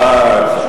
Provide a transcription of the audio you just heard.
אהה.